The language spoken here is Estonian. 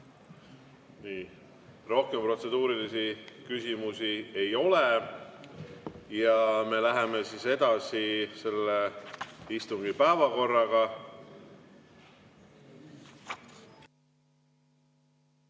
Nii. Rohkem protseduurilisi küsimusi ei ole. Me läheme edasi selle istungi päevakorraga.